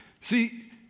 see